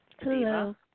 Hello